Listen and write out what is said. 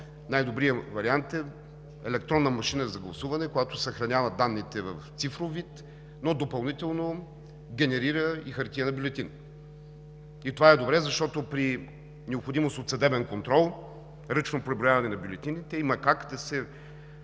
най-добрият вариант е електронна машина за гласуване, която съхранява данните в цифров вид, но допълнително генерира и бюлетин на хартия. И това е добре, защото при необходимост от съдебен контрол и ръчно преброяване на бюлетините има как да се